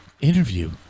interview